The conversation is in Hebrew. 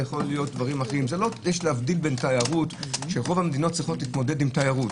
יש להבדיל בין תיירות שרוב המדינות צריכות להתמודד עם תיירות.